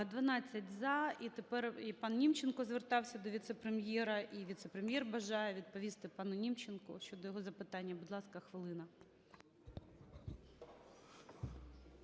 За-12 І тепер і пан Німченко звертався до віце-прем'єра, і віце-прем'єр бажає відповісти пану Німченку щодо його запитання. Будь ласка, хвилина.